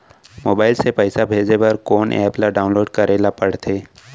Mobile से पइसा भेजे बर कोन एप ल डाऊनलोड करे ला पड़थे?